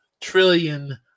trillion